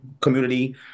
community